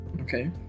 okay